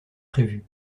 prévue